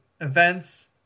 events